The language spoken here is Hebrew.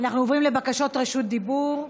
אנחנו עוברים לבקשות רשות דיבור: